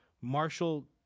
Marshall